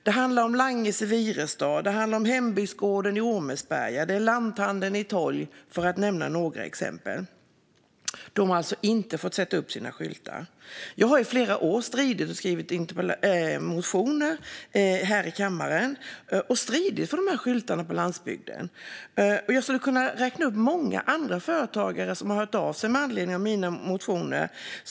Det handlar om Langes i Virestad, hembygdsgården i Ormesberga och lanthandeln i Tolg, för att nämna några exempel. De har alltså inte fått sätta upp sina skyltar. Jag har i flera år stridit för de här skyltarna på landsbygden och skrivit motioner om det i kammaren. Jag skulle kunna räkna upp många andra företagare som har hört av sig med anledning av mina motioner.